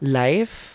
life